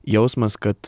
jausmas kad